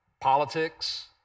Politics